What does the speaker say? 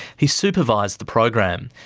he supervised the program,